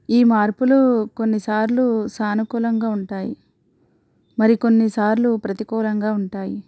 ఈ మార్పులు కొన్నిసార్లు సానుకూలంగా ఉంటాయి మరికొన్ని సార్లు ప్రతికూలంగా ఉంటాయి